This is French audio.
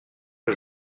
que